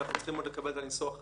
אנחנו עוד צריכים לקבל את הניסוח.